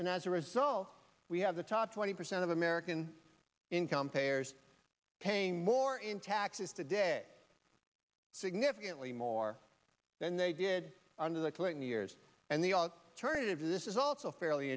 and as a result we have the top twenty percent of american income payers paying more in taxes today significantly more than they did under the clinton years and they all turn it into this is also fairly